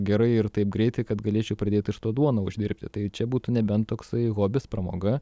gerai ir taip greitai kad galėčiau pradėt iš to duoną uždirbti tai čia būtų nebent toksai hobis pramoga